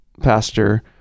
pastor